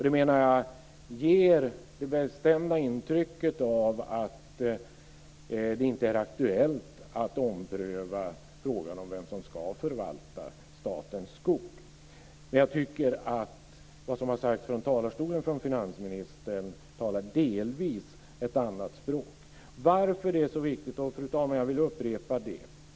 Det, menar jag, ger det bestämda intrycket att det inte heller är aktuellt att ompröva frågan om vem som ska förvalta statens skog. Jag tycker dock att det som sagts från talarstolen av finansministern delvis talar ett annat språk. Varför är då detta så viktigt, fru talman? Jag vill upprepa det.